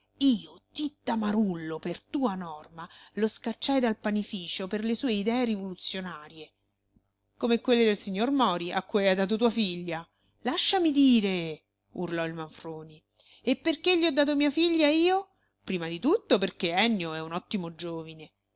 io titta marullo per tua norma lo scacciai dal panificio per le sue idee rivoluzionarie come quelle del signor mori a cui hai dato tua figlia lasciami dire urlò il manfroni e perché gli ho dato mia figlia io prima di tutto perché ennio è un ottimo giovine